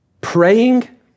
Praying